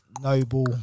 Noble